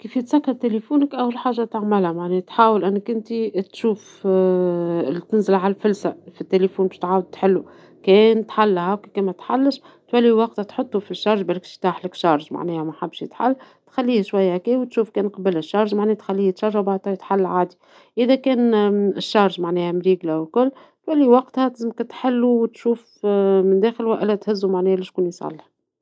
كيف تسكر تيليفونك ، أول حاجة تعملها معناها تحاول معناها انت تنزل على الفلسة في التيليفون باش يتعاود يتحل ، كان تحل اهو ، كان متحلش تولي وقتها تحطوا في الشحن ، بلاك طاحلك الشحن محبش يتحل ، تخليه شوية هكا وتشوف ، اذا كان الشحن مريقلة والكل تولي وقتها تحلوا من الداخل والا تهزو لوين تصلحو